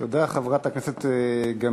תודה, חברת הכנסת גמליאל.